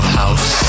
house